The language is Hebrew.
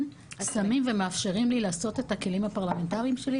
שמים ומאפשרים לי לעשות את הכלים הפרלמנטריים שלי.